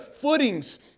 footings